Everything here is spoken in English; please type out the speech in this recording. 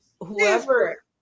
whoever